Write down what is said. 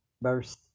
verse